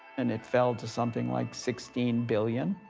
and it fell to something like sixteen billion.